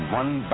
one